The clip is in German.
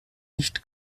nicht